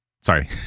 Sorry